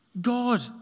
God